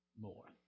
more